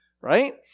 right